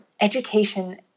education